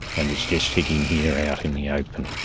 and it's just sitting here out in the open.